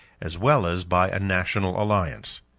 as well as by a national alliance.